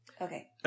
Okay